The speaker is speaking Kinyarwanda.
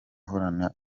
uhorana